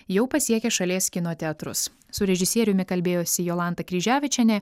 jau pasiekė šalies kino teatrus su režisieriumi kalbėjosi jolanta kryževičienė